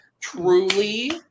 Truly